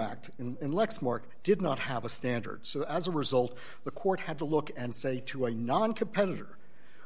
act and lexmark did not have a standard so as a result the court had to look and say to a non competitor